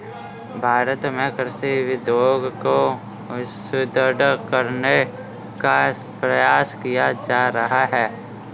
भारत में कृषि उद्योग को सुदृढ़ करने का प्रयास किया जा रहा है